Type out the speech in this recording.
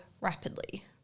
rapidly